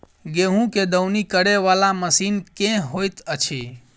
गेंहूँ केँ दौनी करै वला मशीन केँ होइत अछि?